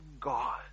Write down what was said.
God